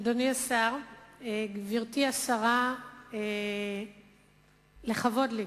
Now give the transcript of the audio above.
אדוני השר, גברתי השרה, לכבוד לי